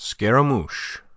Scaramouche